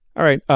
all right.